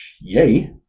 Yay